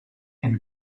and